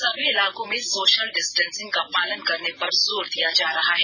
सभी इलाकों में सोषल डिस्टेंसिंग का पालन करने पर जोर दिया जा रहा है